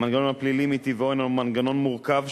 המנגנון הפלילי מטבעו הינו מנגנון מורכב,